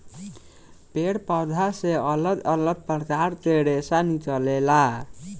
पेड़ पौधा से अलग अलग प्रकार के रेशा निकलेला